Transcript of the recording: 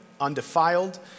undefiled